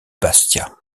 bastia